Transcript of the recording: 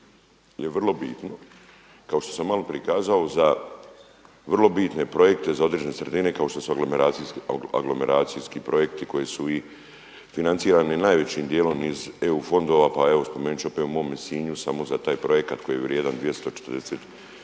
je vrlo bitno, kao što sam malo prije kazao, za vrlo bitne projekte za određene sredine kao što su aglomeracijski projekti koji su financirani najvećim dijelom iz eu fondova. Pa evo spomenut ću opet u mome Sinju samo za taj projekat koji je vrijedan 240